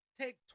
take